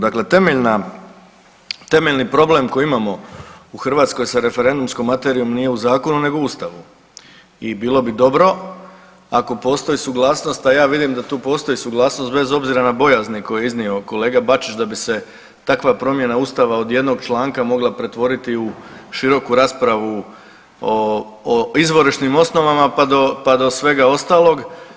Dakle, temeljna, temeljni problem koji imamo u Hrvatskoj sa referendumskom materijom nije u zakonu nego u ustavu i bilo bi dobro ako postoji suglasnost, a ja vidim da tu postoji suglasnost bez obzira na bojazni koje je iznio kolega Bačić da bi se takva promjena ustava od jednog članka mogla pretvoriti u široku raspravu o, o izvorišnim osnovama, pa do, pa do svega ostalog.